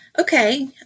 Okay